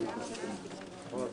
בשעה 15:55.